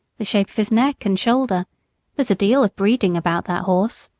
the shape of his neck and shoulder there's a deal of breeding about that horse.